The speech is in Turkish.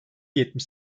yetmiş